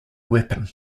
weapon